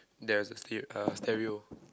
there is a ste~ uh stereo